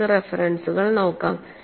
നിങ്ങൾക്ക് റഫറൻസുകൾ നോക്കാം